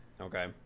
Okay